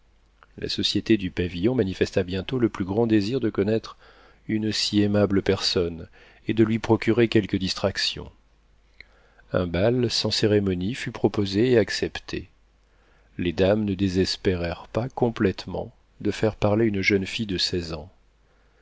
la société du pavillon manifesta bientôt le plus grand désir de connaître une si aimable personne et de lui procurer quelque distraction un bal sans cérémonie fut proposé et accepté les dames ne désespérèrent pas complétement de faire parler une jeune fille de seize ans